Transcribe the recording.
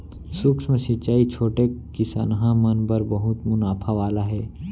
सूक्ष्म सिंचई छोटे किसनहा मन बर बहुत मुनाफा वाला हे